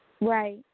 right